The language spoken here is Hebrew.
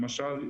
למשל,